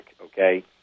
okay